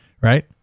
right